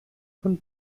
von